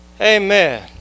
Amen